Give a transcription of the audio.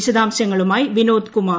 വിശദാംശങ്ങളുമായി വിനോദ്കുമാർ